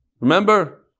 Remember